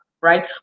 right